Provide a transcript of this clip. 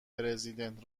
پرزیدنت